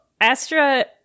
Astra